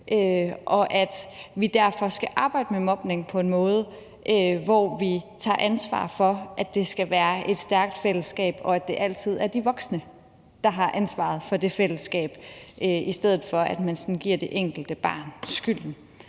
så vi derfor skal arbejde med mobning på en måde, hvor vi tager ansvar for, at der skal være et stærkt fællesskab, og at det altid er de voksne, der har ansvaret for det fællesskab, i stedet for at man sådan giver det enkelte barn skylden.